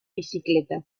bicicleta